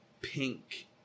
pink